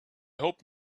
hope